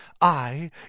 I